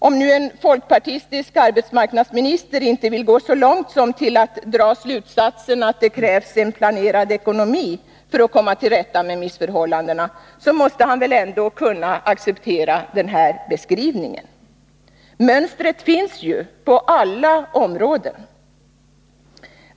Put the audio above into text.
Om nu en folkpartistisk arbetsmarknadsminister inte vill gå så långt som till att dra slutsatsen att det krävs en planerad ekonomi för att komma till rätta med missförhållandena, så måste han väl ändå kunna acceptera den beskrivningen. Mönstret finns ju på alla områden.